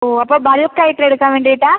ഓ അപ്പോൾ ബൾക്കായിട്ട് എടുക്കാൻ വേണ്ടിയിട്ടാണോ